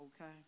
okay